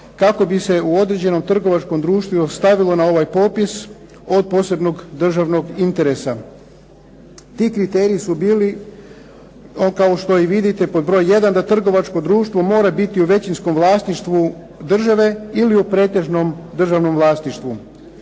kako bi se u određenom trgovačkom društvu još stavilo na ovaj popis od posebnog državnog interesa. Ti kriteriji su bili kao što i vidite pod broj jedan da trgovačko društvo mora biti u većinskom vlasništvu države ili u pretežnom državnom vlasništvu.